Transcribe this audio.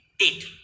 date